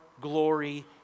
glory